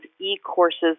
e-courses